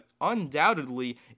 undoubtedly